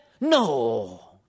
No